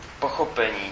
pochopení